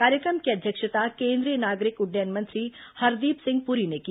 कार्यक्रम की अध्यक्षता केन्द्रीय नागरिक उड्डयन मंत्री हरदीप सिंह पुरी ने की